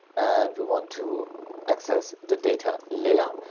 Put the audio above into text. and we want to access the data layer.